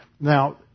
Now